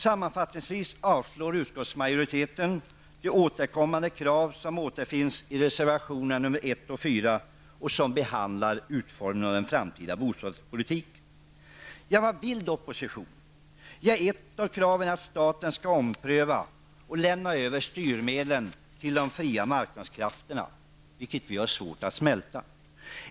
Sammanfattningsvis avslår utskottsmajoriteten de återkommande krav som återfinns i reservationerna nr 1--4 och som behandlar utformningen av den framtida bostadspolitiken. Vad vill oppositionen? Ett av kraven är att staten skall ompröva och lämna över styrmedlen till de fria marknadskrafterna, vilket vi har svårt att smälta.